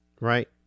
Right